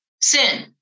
sin